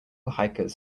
hikers